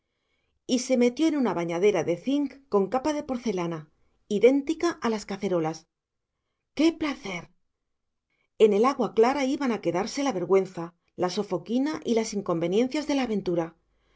y se metió en una bañadera de cinc con capa de porcelana idéntica a las cacerolas qué placer en el agua clara iban a quedarse la vergüenza la sofoquina y las inconveniencias de la aventura